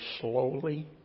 slowly